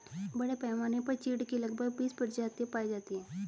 बड़े पैमाने पर चीढ की लगभग बीस प्रजातियां पाई जाती है